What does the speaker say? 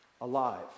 alive